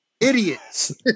Idiots